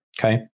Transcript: Okay